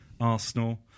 Arsenal